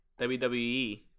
WWE